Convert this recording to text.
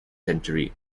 century